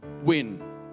win